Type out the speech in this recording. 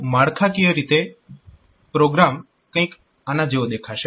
તો માળખાકીય રીતે પ્રોગ્રામ કંઈક આના જેવો દેખાશે